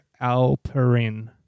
Alperin